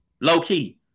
low-key